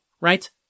Right